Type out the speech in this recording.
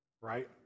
right